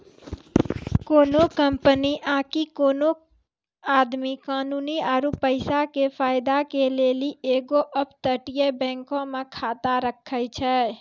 कोनो कंपनी आकि कोनो आदमी कानूनी आरु पैसा के फायदा के लेली एगो अपतटीय बैंको मे खाता राखै छै